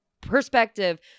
perspective